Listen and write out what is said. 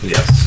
Yes